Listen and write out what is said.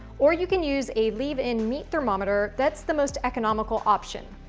or you can use a leave-in meat thermometer, that's the most economical option.